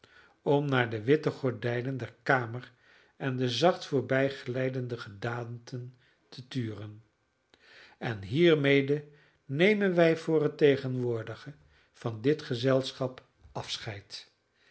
om naar de witte gordijnen der kamer en de zacht voorbijglijdende gedaanten te turen en hiermede nemen wij voor het tegenwoordige van dit gezelschap afscheid